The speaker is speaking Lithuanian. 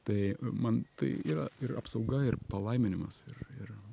tai man tai yra ir apsauga ir palaiminimas ir ir